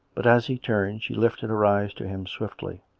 but as he turned she lifted her eyes to him swiftly.